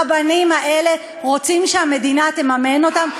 הרבנים האלה רוצים שהמדינה תממן אותם.